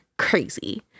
crazy